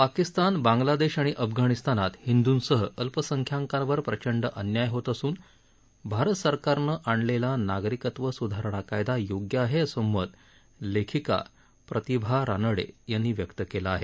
पाकिस्तान बांगलादेश आणि अफगाणिस्तानात हिंदुंसह अल्पसंख्यांकावर प्रचंड अन्याय होत असून भारत सरकारनं आणलेला नागरिकत्व सुधारणा कायदा योग्य आहे असं मत लेखिका प्रतिभा रानडे यांनी व्यक्त केलं आहे